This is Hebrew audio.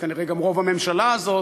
וכנראה גם רוב הממשלה הזאת,